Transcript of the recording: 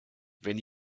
wenn